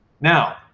Now